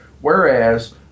Whereas